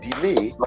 delay